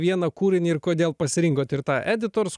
vieną kūrinį ir kodėl pasirinkot ir tą editors